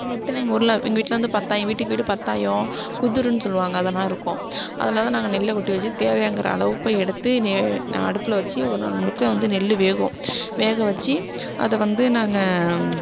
அது எப்படினா எங்கள் ஊர்ல எங்கள் வீட்டில வந்து பத்தாயோம் வீட்டுக்கு வீடு பத்தாயோம் குதுறுனு சொல்லுவாங்க அதெலான் இருக்கும் அதில் தான் நாங்கள் நெல் கொட்டி வச்சு தேவையாங்குற அளவுக்கு எடுத்து நான் அடுப்பில் வச்சு ஒரு நாள் முழுக்க வந்து நெல் வேகும் வேக வச்சு அதை வந்து நாங்கள்